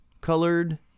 colored